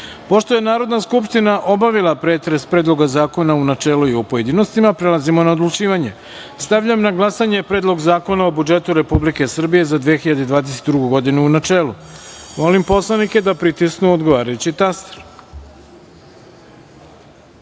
je Narodna skupština obavila pretres Predloga zakona u načelu i u pojedinostima, prelazimo na odlučivanje. Stavljam na glasanje Predlog zakona o budžetu Republike Srbije za 2022. godinu, u načelu. Molim poslanike da pritisnu odgovarajući